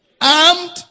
armed